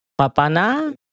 Papana